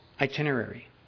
itinerary